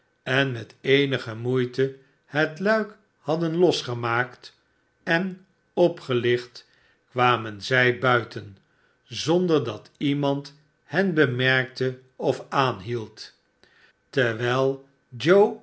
en met eenige moeite het luik hadden losgemaakt en opgehcht kwamen zij buiten zonder dat iemand hen bemerkte of aanhield terwijl